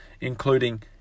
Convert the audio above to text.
including